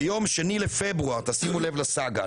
ביום שני לפברואר 2022..." שימו לב לסאגה,